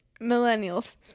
Millennials